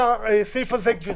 הסעיף הזה, גברתי,